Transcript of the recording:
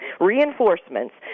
reinforcements